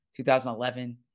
2011